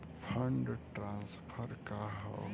Fund transfer का हव?